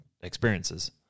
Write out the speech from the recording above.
experiences